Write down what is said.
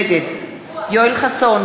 נגד יואל חסון,